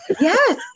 Yes